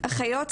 אחיות,